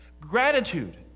Gratitude